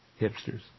Hipsters